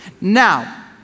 Now